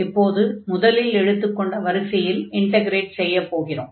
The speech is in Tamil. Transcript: இப்போது முதலில் எடுத்துக் கொண்ட வரிசையில் இன்டக்ரேட் செய்யப் போகிறோம்